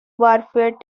warfare